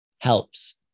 helps